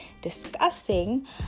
discussing